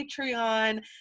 Patreon